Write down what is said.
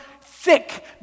thick